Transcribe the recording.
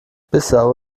bissau